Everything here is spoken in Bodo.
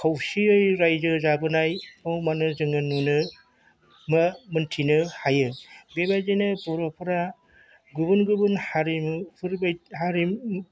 खौसेयै रायजो जाबोनायखौ माने जोङो मा मिनथिनो हायो बेबायदिनो बर'फोरा गुबुन गुबुन हारिमुफोर